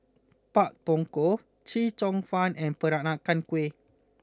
Pak Thong Ko Chee Cheong Fun and Peranakan Kueh